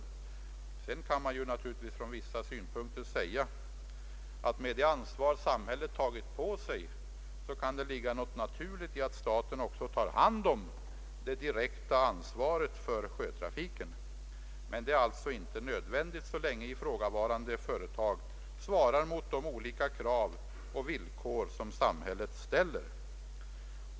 Givetvis kan man från vissa synpunkter säga att med det ansvar samhället tagit på sig kan det vara naturligt att staten också tar hand om det direkta ansvaret för sjötrafiken. Men det är alltså inte nödvändigt så länge ifrågavarande företag uppfyller de olika krav och villkor som samhället ställer.